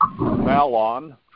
Malon